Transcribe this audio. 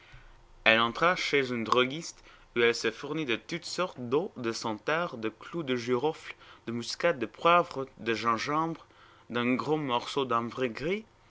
elle entra chez un droguiste où elle se fournit de toutes sortes d'eaux de senteur de clous de girofle de muscade de poivre de gingembre d'un gros morceau d'ambre gris